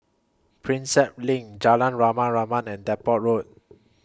Prinsep LINK Jalan Rama Rama and Depot Road